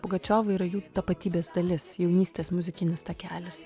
pugačiova yra jų tapatybės dalis jaunystės muzikinis takelis